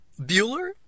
Bueller